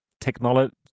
technology